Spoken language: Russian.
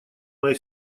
моя